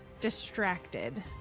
distracted